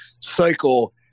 cycle